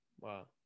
Wow